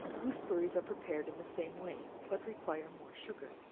gooseberries are prepared in the same way, but require more sugar.